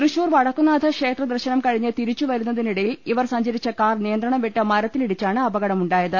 തൃശൂർ വടക്കുന്നാഥ ക്ഷേത്രദർശനം കഴിഞ്ഞ് തിരിച്ചു വരുന്നതിനിടയിൽ ഇവർ സഞ്ചരിച്ച കാർ നിയന്ത്രണംവിട്ട് മരത്തിലിടിച്ചാണ് അപകടമു ണ്ടായത്